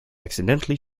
accidentally